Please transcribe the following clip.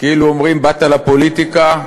כאילו אומרים: באת לפוליטיקה,